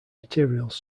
materials